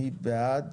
מי בעד?